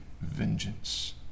vengeance